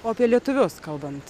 o apie lietuvius kalbant